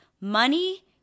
money